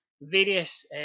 various